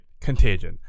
Contagion